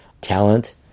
talent